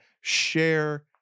share